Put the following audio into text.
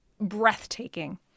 breathtaking